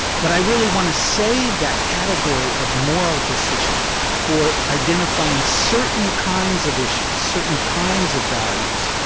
but i really want to save that category of moral decision for identifying certain kinds of issues, certain kinds of values,